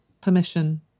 permission